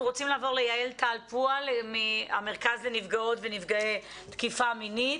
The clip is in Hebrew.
אנחנו רוצים לעבור ליעל טל פואה מהמרכז לנפגעות ונפגעי תקיפה מינית,